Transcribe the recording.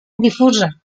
difusa